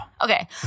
Okay